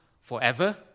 forever